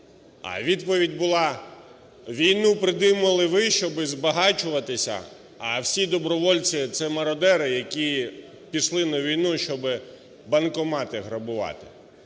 а відповідь була "війну придумали ви, щоби збагачуватися, а всі добровольці – це мародери, які пішли на війну, щоби банкомати грабувати".